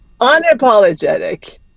unapologetic